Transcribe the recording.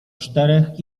czterech